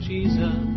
Jesus